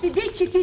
take it,